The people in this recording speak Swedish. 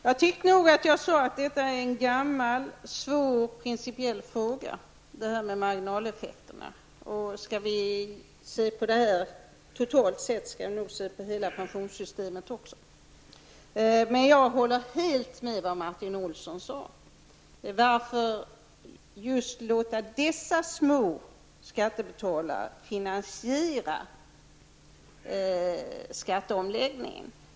Herr talman! Jag sade att detta är en gammal, svår principiell fråga -- marginaleffekterna. Totalt sett behöver man se över hela pensionssystemet. Jag håller helt med om vad Martin Olsson sade. Varför låta just dessa små skattebetalare finansiera skatteomläggningen?